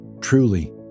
Truly